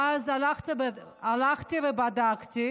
ואז הלכתי ובדקתי